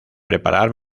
preparar